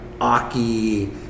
Aki